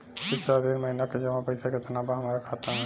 पिछला तीन महीना के जमा पैसा केतना बा हमरा खाता मे?